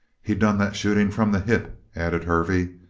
he done that shooting from the hip, added hervey,